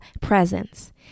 presence